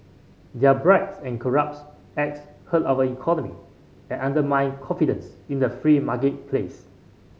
their bribes and corrupts acts hurt our economy and undermine confidence in the free marketplace